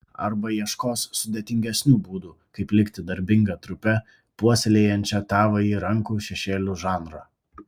arba ieškos sudėtingesnių būdų kaip likti darbinga trupe puoselėjančia tavąjį rankų šešėlių žanrą